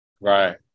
Right